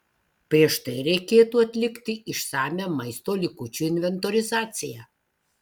prieš tai reikėtų atlikti išsamią maisto likučių inventorizacija